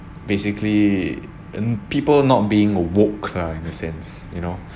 basically in people not being awoke lah in the sense you know